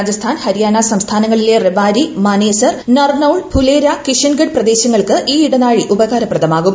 രാജസ്ഥാൻ ഹരിയാന സംസ്ഥാനങ്ങളിലെ റെവാരി മാനേസർ നർനൌൾ ഫുലേര കിഷൻഗഢ് പ്രദേശങ്ങൾക്ക് ഈ ഇടനാഴി ഉപകാരപ്രദമാകും